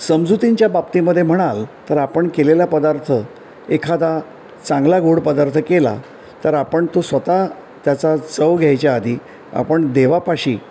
समजुतींच्या बाबतीमध्ये म्हणाल तर आपण केलेला पदार्थ एखादा चांगला गोड पदार्थ केला तर आपण तो स्वतः त्याचा चव घ्यायच्या आधी आपण देवापाशी